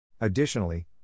Additionally